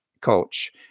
coach